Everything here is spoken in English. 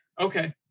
Okay